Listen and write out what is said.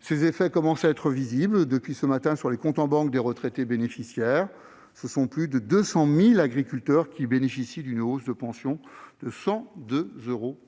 Ces effets commencent à être visibles, depuis ce matin, sur les comptes en banque des retraités bénéficiaires. Ce sont ainsi plus de 200 000 agriculteurs qui bénéficient d'une hausse de pension de 102 euros